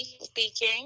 speaking